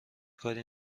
کاری